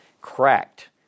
cracked